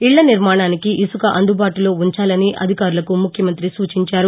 ఇళ్ల నిర్మాణానికి ఇసుక అందుబాటులో ఉంచాలని అధికారులకు ముఖ్యమంత్రి సూచించారు